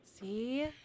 See